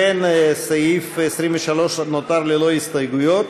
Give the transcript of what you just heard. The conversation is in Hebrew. סעיף 23 נותר ללא הסתייגות,